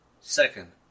Second